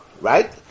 right